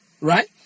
Right